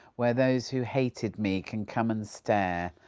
where those who hated me can come and stare,